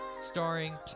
Starring